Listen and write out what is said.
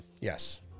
Yes